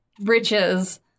riches